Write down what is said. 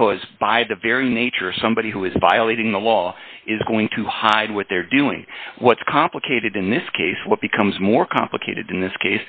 because by the very nature somebody who is violating the law is going to hide what they're doing what's complicated in this case what becomes more complicated in this case